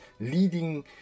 leading